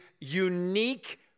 unique